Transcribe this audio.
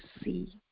see